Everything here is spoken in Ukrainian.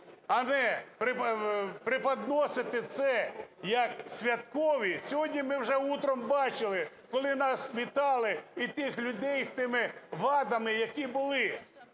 Але преподносити це як святкові. Сьогодні ми вже утром бачили, коли нас вітали, і тих людей з тими вадами, які були.